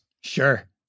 Sure